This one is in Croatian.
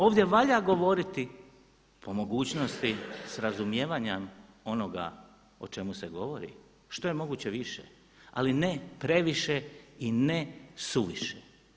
Ovdje valja govoriti, po mogućnosti s razumijevanjem onoga o čemu se govori što je moguće više, ali ne previše i ne suviše.